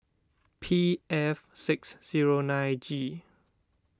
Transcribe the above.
P F six zero nine G